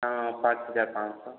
हाँ पाँच हज़ार पाँच सौ